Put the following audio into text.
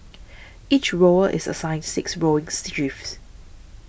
each rower is assigned six rowing shifts